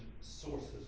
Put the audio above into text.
sources